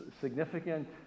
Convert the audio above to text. significant